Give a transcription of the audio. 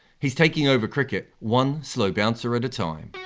he's taking over cricket one slow bouncer at a time.